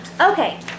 Okay